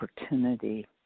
opportunity